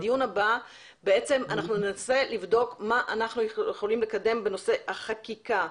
אנחנו ננסה לבדוק מה אנחנו יכולים לקדם בנושא החקיקה.